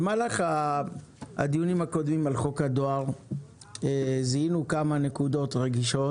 במהלך הדיונים הקודמים על חוק הדואר זיהינו כמה נקודות רגישות,